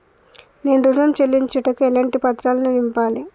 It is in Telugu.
నేను ఋణం చెల్లించుటకు ఎలాంటి పత్రాలను నింపాలి?